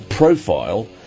Profile